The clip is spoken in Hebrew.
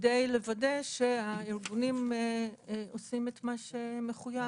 כדי לוודא שהארגונים עושים את מה שמחיוב.